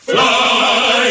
Fly